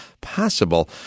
possible